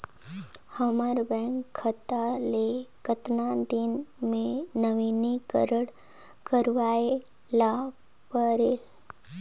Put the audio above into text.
हमर बैंक खाता ले कतना दिन मे नवीनीकरण करवाय ला परेल?